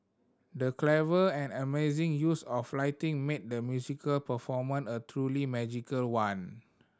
the clever and amazing use of lighting made the musical performance a truly magical one